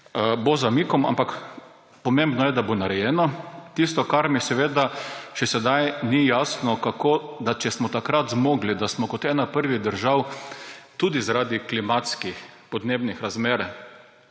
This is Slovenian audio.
Bo z zamikom, ampak pomembno je, da bo narejeno. Tisto, kar mi še sedaj ni jasno, je, če smo takrat zmogli, da smo kot ena prvih držav tudi zaradi klimatskih, podnebnih razmer